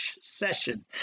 session